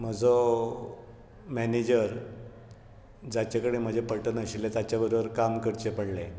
म्हजो मेनेजर जाचे कडेन म्हजे पटनाशिल्लें ताचे बरोबर काम करचे पडलें